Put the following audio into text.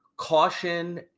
Caution